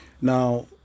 Now